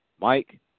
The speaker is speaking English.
Mike